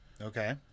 Okay